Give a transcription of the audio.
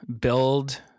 build